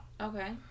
Okay